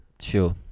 Sure